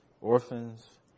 orphans